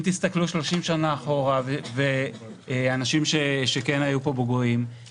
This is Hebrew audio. אם תסתכלו 30 שנים אחורה לעומת העולם שקיים היום,